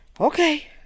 Okay